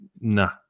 nah